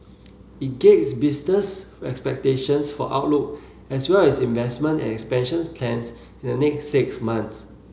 it gauge business expectations for outlook as well as investment and expansions plans in the next six months